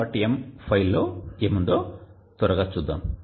m file లో ఏముందో త్వరగా చూద్దాం